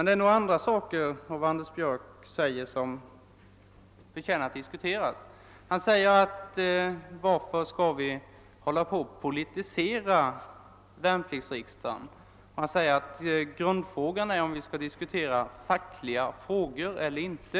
Det var några saker i Anders Björcks inlägg nyss som förtjänar att diskuteras, Han frågar varför vi skall politisera värnpliktsriksdagen och han säger att grundfrågan är om man skall diskutera fackliga frågor eller inte.